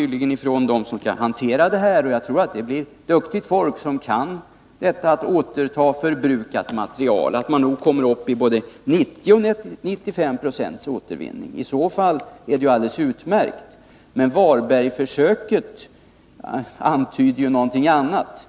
De som skall hantera detta — och jag tror att det blir duktigt folk som kan återta förbrukat material — säger tydligen att det kan bli fråga om 90-95 procents återvinning. I så fall är det alldeles utmärkt, men Varbergförsöket antydde ju någonting annat.